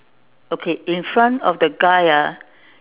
okay in front of the guy ah